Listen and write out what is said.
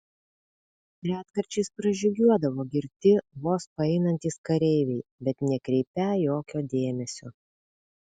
retkarčiais pražygiuodavo girti vos paeinantys kareiviai bet nekreipią jokio dėmesio